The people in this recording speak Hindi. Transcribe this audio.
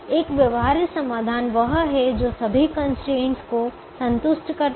एक व्यवहार्य समाधान वह है जो सभी कंस्ट्रेंट्स को संतुष्ट करता है